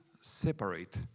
separate